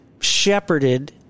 shepherded